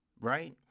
right